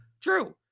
True